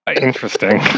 Interesting